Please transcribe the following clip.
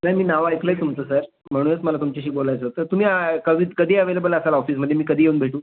नाही मी नाव ऐकलं आहे तुमचं सर म्हणूनच मला तुमच्याशी बोलायचं होतं तुम्ही कवीत कधी ॲवेलेबल असाल ऑफिसमध्ये मी कधी येऊन भेटू